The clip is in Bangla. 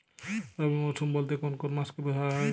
রবি মরশুম বলতে কোন কোন মাসকে ধরা হয়?